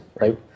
Right